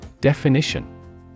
Definition